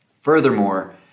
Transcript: Furthermore